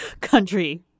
country